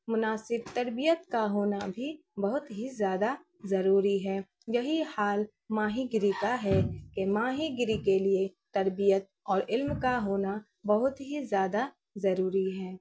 مناسب تربیت کا ہونا بھی بہت ہی زیادہ ضروری ہے یہی حال ماہی گیری کا ہے کہ ماہی گیری کے لیے تربیت اور علم کا ہونا بہت ہی زیادہ ضروری ہے